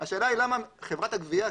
השאלה היא למה חברת הגבייה,